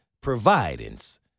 providence